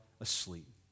asleep